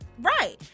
Right